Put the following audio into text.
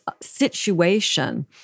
situation